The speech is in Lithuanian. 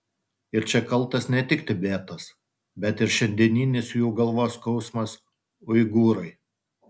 ir čia kaltas ne tik tibetas bet ir šiandieninis jų galvos skausmas uigūrai